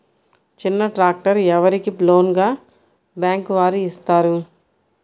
చిన్న ట్రాక్టర్ ఎవరికి లోన్గా బ్యాంక్ వారు ఇస్తారు?